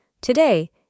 Today